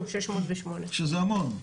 שזה המון.